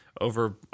over